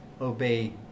obey